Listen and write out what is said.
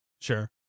Sure